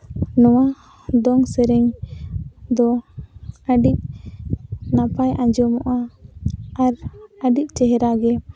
ᱱᱚᱣᱟ ᱫᱚᱝ ᱥᱮᱨᱮᱧ ᱫᱚ ᱟᱹᱰᱤ ᱱᱟᱯᱟᱭ ᱟᱸᱡᱚᱢᱚᱜᱼᱟ ᱟᱨ ᱟᱹᱰᱤ ᱪᱮᱦᱨᱟ ᱜᱮ